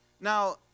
now